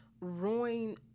ruin